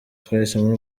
twahisemo